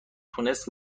تونست